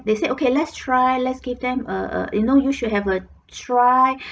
they said okay let's try let's give them err err you know you should have a try